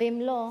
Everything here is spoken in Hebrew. ואם לא,